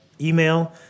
Email